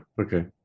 okay